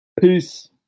Peace